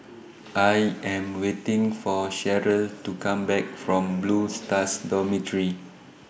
I Am waiting For Cheryl to Come Back from Blue Stars Dormitory